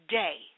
day